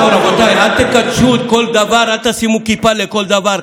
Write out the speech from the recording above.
רבותיי, אל תקדשו כל דבר, אל תשימו כיפה לכל דבר.